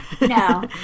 No